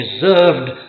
deserved